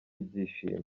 ibyishimo